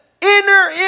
inner